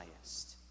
highest